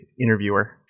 interviewer